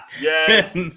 Yes